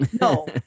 no